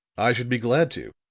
i should be glad to,